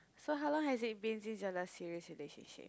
so how long has it been since your last serious relationship